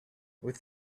with